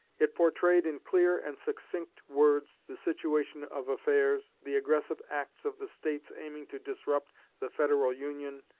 it portrayed in clear and succinct words the situation of affairs, the aggressive acts of the states aiming to disrupt the federal union,